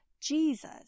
Jesus